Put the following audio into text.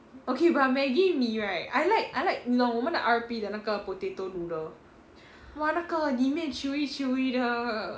okay but maggi mee right I like I like 你懂我们的 R_P 的那个 potato noodle !wah! 那个里面 chewy chewy 的